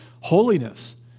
holiness